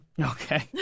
Okay